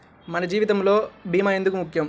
మన జీవితములో భీమా ఎందుకు ముఖ్యం?